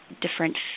different